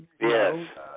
Yes